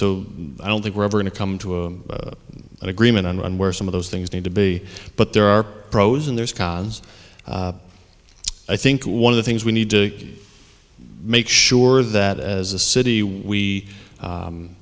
so i don't think we're ever going to come to an agreement on where some of those things need to be but there are pros and there's cause i think one of the things we need to make sure that as a city we